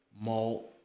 malt